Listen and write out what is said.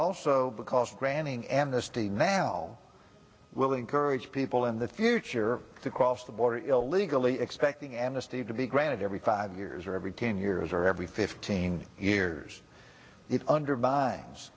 also because granting amnesty now willing courage people in the future to cross the border illegally expecting n s t to be granted every five years or every ten years or every fifteen years it undermines